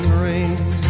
rain